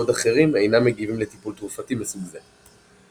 בעוד אחרים אינם מגיבים לטיפול תרופתי מסוג זה.